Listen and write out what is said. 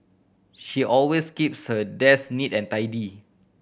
she always keeps her desk neat and tidy